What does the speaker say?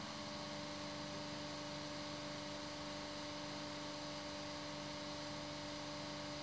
mm